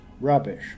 rubbish